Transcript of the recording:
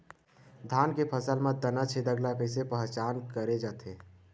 धान के फसल म तना छेदक ल कइसे पहचान करे जाथे?